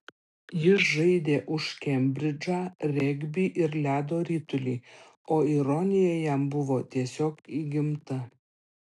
jis žaidė už kembridžą regbį ir ledo ritulį o ironija jam buvo tiesiog įgimta